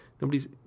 nobody's